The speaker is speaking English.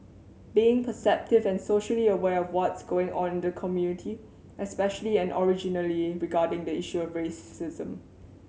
being perceptive and socially aware of what's going on in the community especially and originally regarding the issue of racism